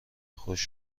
خشک